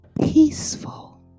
peaceful